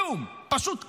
כלום, פשוט כלום.